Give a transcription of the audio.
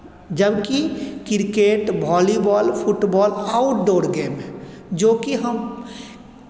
जबकि cricket volleyball football outdoor game है जोकि हम